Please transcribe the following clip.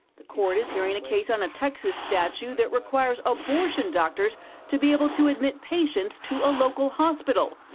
the court is hearing a case on a texas statute that requires abortion doctors to be able to admit patients to a local hospital.